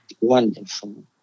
wonderful